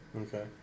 Okay